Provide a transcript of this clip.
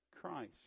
Christ